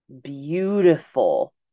beautiful